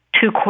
Two